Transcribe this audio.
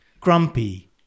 grumpy